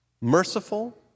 merciful